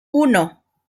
uno